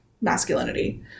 masculinity